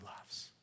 loves